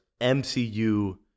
MCU